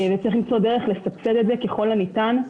צריך למצוא דרך לסבסד את זה ככל הניתן.